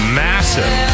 massive